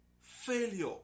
failure